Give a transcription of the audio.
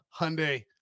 Hyundai